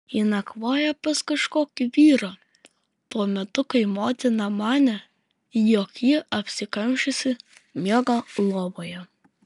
ji nakvojo pas kažkokį vyrą tuo metu kai motina manė jog ji apsikamšiusi miega lovoje